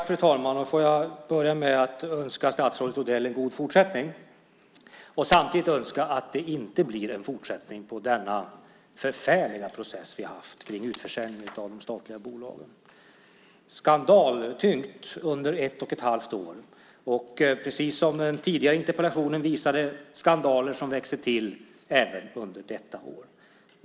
Fru talman! Jag vill börja med att önska statsrådet Odell god fortsättning och samtidigt önska att det inte blir en fortsättning på denna förfärliga process som vi har haft med utförsäljning av de statliga bolagen - skandaltyngt under ett och ett halvt år. Precis som den tidigare interpellationen visade är det skandaler som växer till även under detta år.